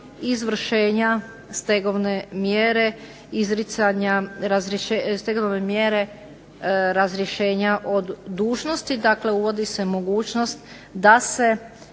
novina, a to je odgoda izvršenja stegovne mjere razrješenja od dužnosti. Dakle, uvodi se mogućnost da se